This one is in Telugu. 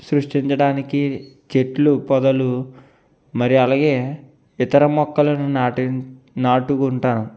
సృష్టించడానికి చెట్లు పొదలు మరి అలాగే ఇతర మొక్కలను నాటే నాటుకుంటాను